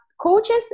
coaches